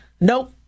nope